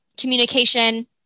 communication